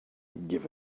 give